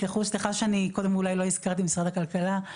סליחה שאני קודם אולי לא הזכרתי משרד הכלכלה,